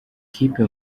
kipe